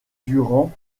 durant